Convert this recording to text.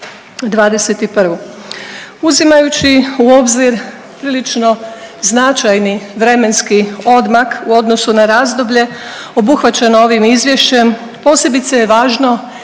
Uzimajući u obzir prilično značajni vremenski odmak u odnosu na razdoblje obuhvaćeno ovim izvješćem, posebice je važno